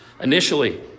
initially